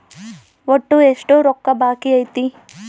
ಒಟ್ಟು ಎಷ್ಟು ರೊಕ್ಕ ಬಾಕಿ ಐತಿ?